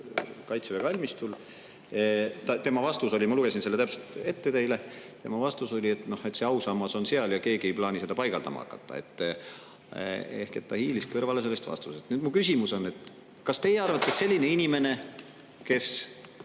kaitseväe kalmistul. Tema vastus oli – ma lugesin selle täpselt ette teile – tema vastus oli, et see ausammas on seal ja keegi ei plaani seda paigaldama hakata. Ehk et ta hiilis kõrvale sellest vastusest. Nüüd, mu küsimus on, et kas teie arvates selline inimene, kes